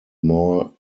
more